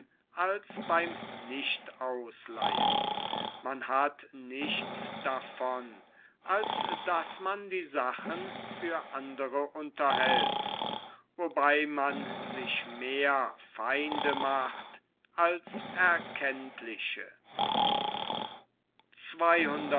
als beim nichtausleihen man hat nichts davon als daß man die sachen für andre unterhält wobei man sich mehr feinde macht als erkenntliche